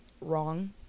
Wrong